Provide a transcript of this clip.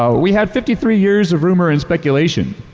um we have fifty three years of rumor and speculation.